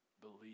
believe